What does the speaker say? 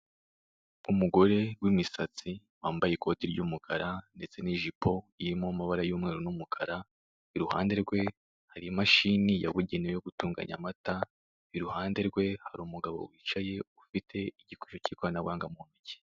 Umugore w'imisatsi wambaye ikoti ry'umukara, ndetse n'ijipo irimo amabara y'umweru n'umukara, iruhande rwe hari imashini yabugenewe gutunganya amata, iruhande rwe hari umugabo wicaye ufite igikoresho cy'ikoranabuhanga mu ntoki.